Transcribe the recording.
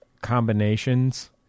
combinations